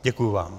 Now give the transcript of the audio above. Děkuji vám.